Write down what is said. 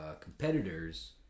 competitors